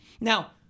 Now